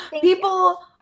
People